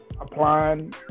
applying